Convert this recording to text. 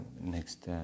next